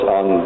on